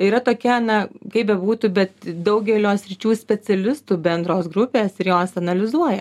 yra tokia na kaip bebūtų bet daugelio sričių specialistų bendros grupės ir jos analizuoja